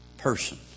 person